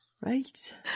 right